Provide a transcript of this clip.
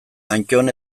antton